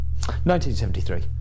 1973